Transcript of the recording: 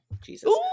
Jesus